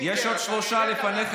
יש עוד שלושה לפניך.